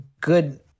good